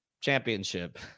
Championship